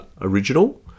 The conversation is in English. Original